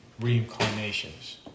reincarnations